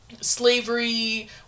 slavery